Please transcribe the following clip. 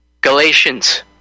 Galatians